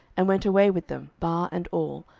and went away with them, bar and all,